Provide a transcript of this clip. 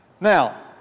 Now